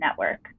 Network